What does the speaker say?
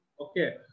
Okay